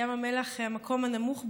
ים המלח הוא המקום הנמוך בעולם,